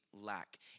lack